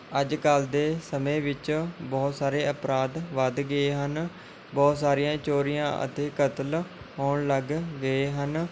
ਅੱਜ ਕੱਲ੍ਹ ਦੇ ਸਮੇਂ ਵਿੱਚ ਬਹੁਤ ਸਾਰੇ ਅਪਰਾਧ ਵੱਧ ਗਏ ਹਨ ਬਹੁਤ ਸਾਰੀਆਂ ਚੋਰੀਆਂ ਅਤੇ ਕਤਲ ਹੋਣ ਲੱਗ ਗਏ ਹਨ